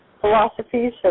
philosophies